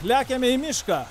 lekiame į mišką